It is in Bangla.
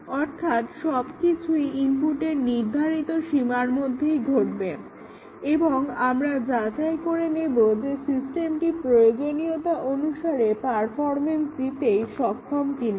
অর্থাৎ সবকিছুই ইনপুটের নির্ধারিত সীমার মধ্যেই হবে এবং আমরা যাচাই করে নেবো যে সিস্টেমটি প্রয়োজনীয়তা অনুসারে পারফরম্যান্স দিতে সক্ষম কিনা